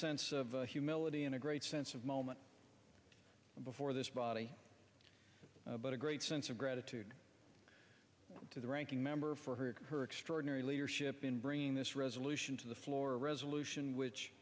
sense of humility and a great sense of moment before this body but a great sense of gratitude to the ranking member for her extraordinary leadership in bringing this resolution to the floor a resolution which